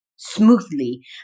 Smoothly